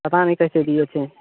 पता नहीं कैसे दिए थे